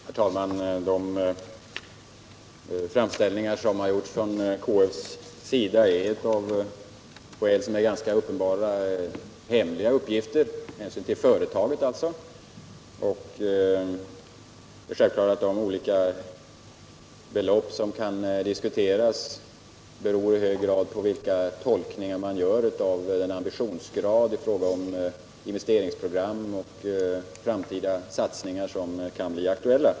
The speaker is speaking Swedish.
Herr talman! De framställningar som har gjorts från KF:s sida är av uppenbara skäl hemliga uppgifter, alltså med hänsyn till företaget. Det är självklart att de olika belopp som kan diskuteras i hög grad beror på vilka tolkningar man gör av den ambitionsgrad i fråga om investeringsprogram och framtida satsningar som kan bli aktuella.